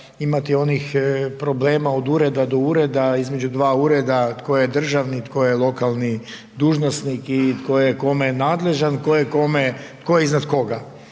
imati onih problema od ureda do ureda, između ureda tko je je državni, tko je lokalni dužnosnik i tko je kome nadležan, tko je iznad koga.